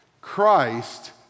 Christ